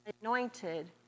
anointed